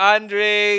Andre